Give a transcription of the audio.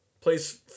plays